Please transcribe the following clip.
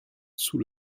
sous